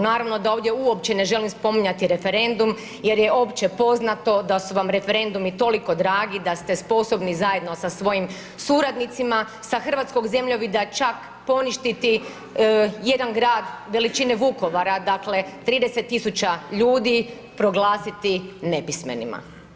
Naravno da ovdje uopće ne želim spominjati referendum jer je opće poznato da su vam referendumi toliko dragi da ste sposobni zajedno sa svojim suradnicima sa hrvatskog zemljovida čak poništiti jedan grad veličine Vukovara dakle 30 000 ljudi proglasiti nepismenima.